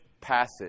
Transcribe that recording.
passage